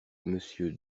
monsieur